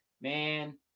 man